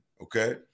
okay